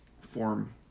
form